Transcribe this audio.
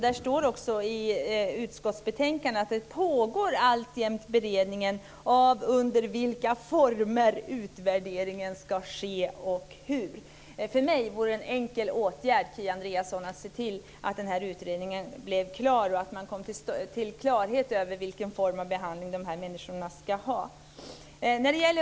Det står i utskottets betänkande att det alltjämt pågår en beredning av under vilka former utvärderingen ska ske och hur. Jag ser det som en enkel åtgärd, Kia Andreasson, att se till att den här utredningen blir färdig och att man kommer till klarhet om vilken form av behandling som de här människorna ska ha.